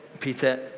Peter